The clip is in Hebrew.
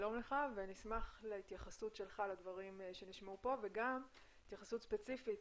נשמח להתייחסות שלך לדברים שנשמעו פה וגם התייחסות ספציפית